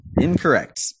Incorrect